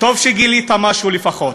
טוב שגילית משהו לפחות.